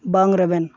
ᱵᱟᱝ ᱨᱮᱵᱮᱱ